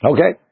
Okay